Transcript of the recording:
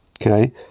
okay